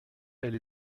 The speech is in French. elle